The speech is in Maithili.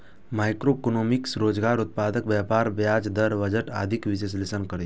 मैक्रोइकोनोमिक्स रोजगार, उत्पादकता, व्यापार, ब्याज दर, बजट आदिक विश्लेषण करै छै